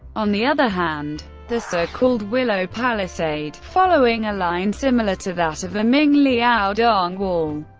on the other hand, the so-called willow palisade, following a line similar to that of the ming liaodong wall,